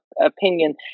opinion